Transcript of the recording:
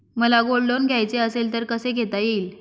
मला gold loan घ्यायचे असेल तर कसे घेता येईल?